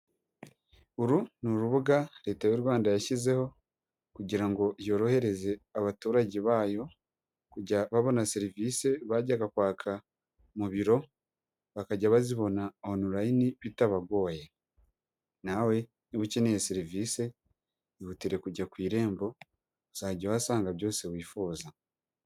Uru ni urubuga leta y'u Rwanda yashyizeho kugira ngo yorohereze abaturage bayo kujya babona serivise bajyaga kwaka mu biro, bakajya bazibona onorayini bitabagoye, nawe niba ukeneye serivise ihutire kujya ku irembo, uzajya uhasanga byose wifuza.